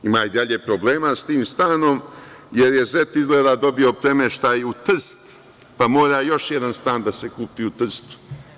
Ima i dalje problema sa tim stanom, jer je zet izgleda, dobio premeštaj u Trst pa mora još jedan stan da se kupi u Trstu.